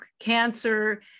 cancer